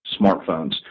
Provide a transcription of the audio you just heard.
smartphones